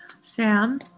Sam